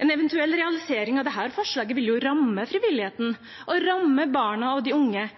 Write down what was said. En eventuell realisering av dette forslaget ville ramme frivilligheten og med det barna og de unge.